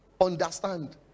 understand